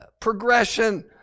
progression